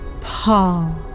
Paul